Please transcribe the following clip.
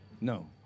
No